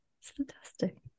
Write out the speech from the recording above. Fantastic